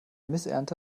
missernte